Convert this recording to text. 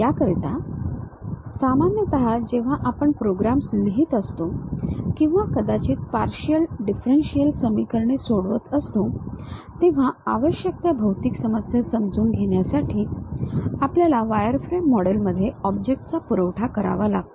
याकरिता सामान्यतः जेव्हा आपण प्रोग्राम्स लिहित असतो किंवा कदाचित पार्शिअल डिफरंशिअल समीकरणे सोडवत असतो तेव्हा आवश्यक त्या भौतिक समस्या समजून घेण्यासाठी आपल्याला वायरफ्रेम मॉडेलमध्ये ऑब्जेक्टचा पुरवठा करावा लागतो